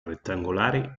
rettangolare